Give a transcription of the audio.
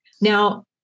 now